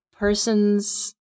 persons